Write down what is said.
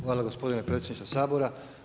Hvala gospodine predsjedniče Sabora.